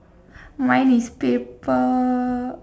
mine is paper